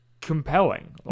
compelling